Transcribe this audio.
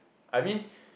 I mean